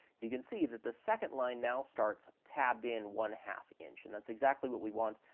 you can see that the second line now starts tabbed in one-half inch, and that's exactly what we want.